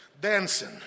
dancing